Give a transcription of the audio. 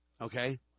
Okay